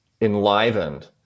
enlivened